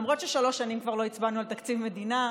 למרות ששלוש שנים כבר לא הצבענו על תקציב המדינה.